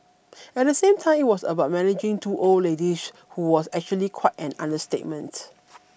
at the same time it was about managing two old ladies who was actually quite an understatement